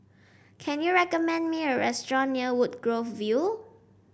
can you recommend me a restaurant near Woodgrove View